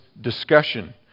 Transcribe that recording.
discussion